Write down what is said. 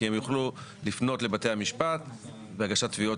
כי הם יוכלו לפנות לבתי המשפט בהגשת תביעות